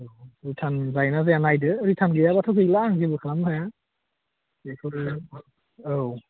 return जायोना जाया नायदो रिटार्न गैयाबाथ' गैला आं जेबो खालामनो हाया बेखौनो औ